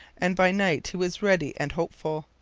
and by night he was ready and hopeful.